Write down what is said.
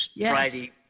Friday